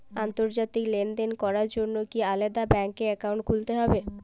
আন্তর্জাতিক লেনদেন করার জন্য কি আলাদা ব্যাংক অ্যাকাউন্ট খুলতে হবে?